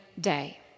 day